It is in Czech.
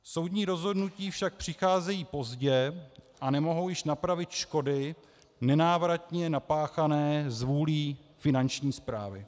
Soudní rozhodnutí však přicházejí pozdě a nemohou již napravit škody nenávratně napáchané zvůlí Finanční správy.